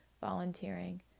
volunteering